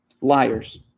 Liars